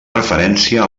referència